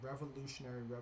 revolutionary